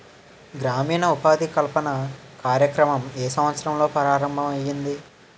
గ్రామీణ ఉపాధి కల్పన కార్యక్రమం ఏ సంవత్సరంలో ప్రారంభం ఐయ్యింది?